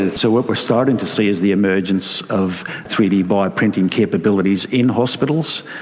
and so what we're starting to see is the emergence of three d bio-printing capabilities in hospitals.